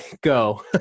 go